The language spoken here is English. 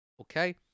Okay